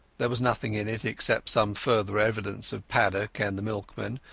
there was nothing in it, except some further evidence of paddock and the milkman,